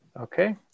Okay